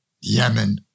Yemen